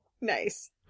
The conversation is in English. Nice